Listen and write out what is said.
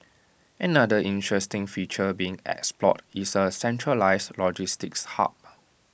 another interesting feature being explored is A centralised logistics hub